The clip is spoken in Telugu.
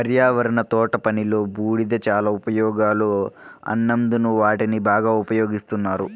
పర్యావరణ తోటపనిలో, బూడిద చాలా ఉపయోగాలు ఉన్నందున వాటిని బాగా ఉపయోగిస్తారు